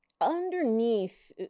underneath